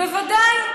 בוודאי.